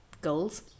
goals